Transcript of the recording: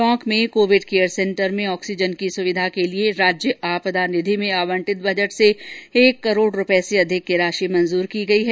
टोंक में covid care centre में oxygen की सुविधा के लिये राज्य आपदा निधि में आवंटित बजट से एक करोड़ रूपये से अधिक की राशि मंजूरी की गई है